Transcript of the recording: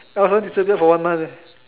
oh so disappear for one month